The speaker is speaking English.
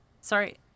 sorry